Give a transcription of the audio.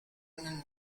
and